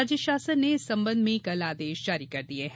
राज्य शासन ने इस संबंध में कल आदेश जारी कर दिये हैं